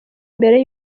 mbere